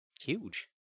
huge